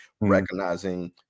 recognizing